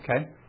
okay